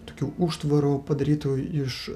tokių užtvarų padarytų iš